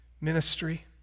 ministry